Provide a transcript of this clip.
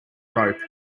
rope